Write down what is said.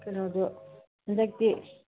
ꯀꯩꯅꯣꯗꯨ ꯍꯟꯗꯛꯇꯤ